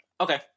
Okay